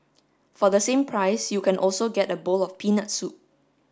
for the same price you can also get a bowl of peanut soup